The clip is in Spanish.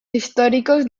históricos